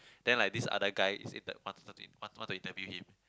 then like this other guy is in that want to want to want to interview him